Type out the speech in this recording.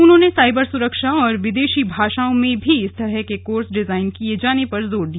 उन्होंने साइबर सुरक्षा और विदेशी भाषाओं में भी इस तरह के कोर्स डिजाइन किए जाने पर जोर दिया